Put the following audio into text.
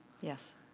Yes